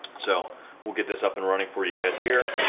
so we'll get this up and running for you guys here